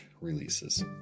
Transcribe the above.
releases